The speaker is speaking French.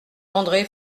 andré